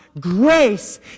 Grace